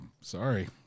Sorry